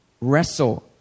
wrestle